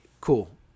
cool